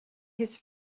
his